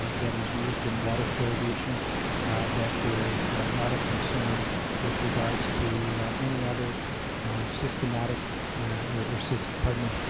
ah that is used in water fluoridation that there is not a concern with regards to any other systematic or, pardon me,